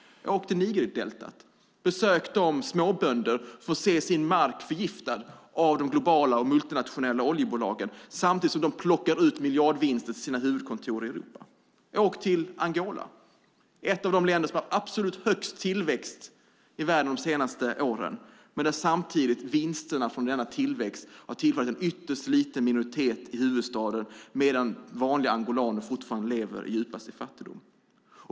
Åk till Nigerdeltat och besök de småbönder som får se sin mark förgiftas av de globala multinationella oljebolagen samtidigt som dessa plockar ut miljardvinster till sina huvudkontor i Europa. Åk till Angola, ett av de länder som haft absolut högst tillväxt i världen de senaste åren. Vinsterna från denna tillväxt har tillfallit en ytterst liten minoritet i huvudstaden medan vanliga angolaner fortfarande lever i djupaste fattigdom.